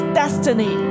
destiny